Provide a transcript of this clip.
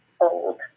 old